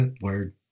Word